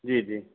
जी जी